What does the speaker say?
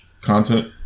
content